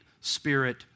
Spirit